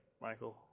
Michael